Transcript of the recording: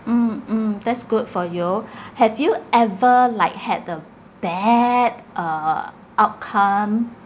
mm mm that's good for you have you ever like had a bad uh outcome